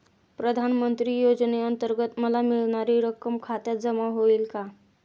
प्रधानमंत्री योजनेअंतर्गत मला मिळणारी रक्कम खात्यात जमा होईल का?